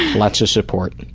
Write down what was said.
lots of support.